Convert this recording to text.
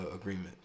agreement